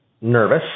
nervous